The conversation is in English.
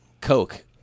Coke